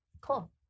Cool